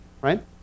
right